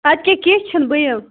اَدٕ کیٛاہ کیٚنٛہہ چھُنہٕ بہٕ یِم